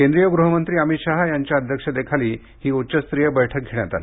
केंद्रीय गृहमंत्री अमित शहा यांच्या अध्यक्षतेखाली ही उच्चस्तरीय बैठक घेण्यात आली